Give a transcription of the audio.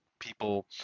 People